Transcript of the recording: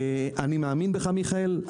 אני מאמין בך מיכאל,